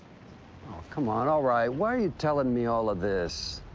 come on. all right, why are you telling me all of this?